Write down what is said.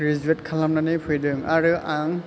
graduate खालामनानै फैदों आरो आं